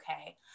okay